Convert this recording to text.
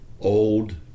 old